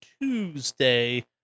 tuesday